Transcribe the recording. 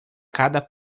cada